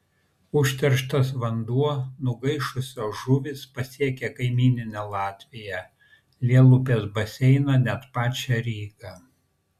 užterštas vanduo nugaišusios žuvys pasiekė kaimyninę latviją lielupės baseiną net pačią rygą